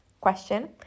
question